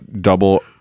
double